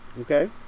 Okay